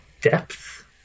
depth